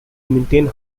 maintain